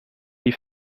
die